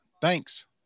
Thanks